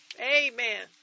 Amen